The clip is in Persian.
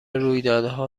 رویدادها